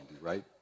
right